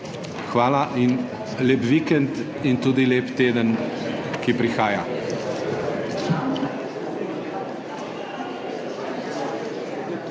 Hvala in lep vikend in tudi lep teden, ki prihaja.